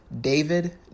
David